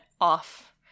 off